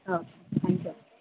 okay enjoy